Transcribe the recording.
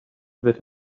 that